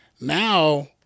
Now